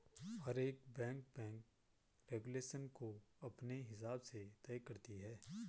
हर एक bank bank regulation को अपने हिसाब से तय करती है